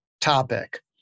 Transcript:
topic